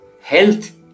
health